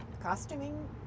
costuming